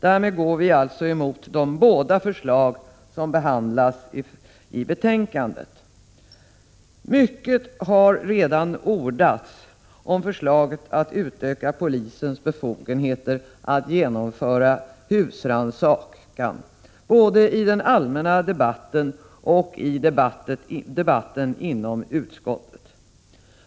Därmed går vi emot de båda förslag som behandlats i betänkandet. Mycket har redan ordats om förslaget att utöka polisens befogenheter att genomföra husrannsakan, både i den allmänna debatten och i riksdagsdebatten inom utskottet.